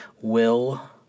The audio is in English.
Will-